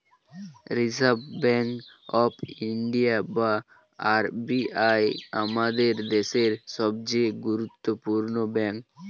reserve bank of India বা RBI আমাদের দেশের সবচেয়ে গুরুত্বপূর্ণ ব্যাঙ্ক